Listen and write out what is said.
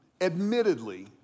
admittedly